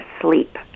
sleep